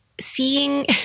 seeing